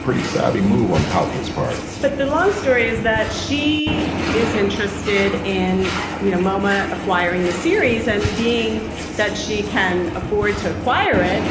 pretty savvy move on alpert's part, but the long story is that she is interested in, you know, moma acquiring the series and being that she can afford to acquire it,